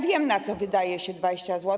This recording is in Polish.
Wiem, na co wydaje się 20 zł.